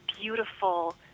beautiful